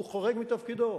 הוא חורג מתפקידו.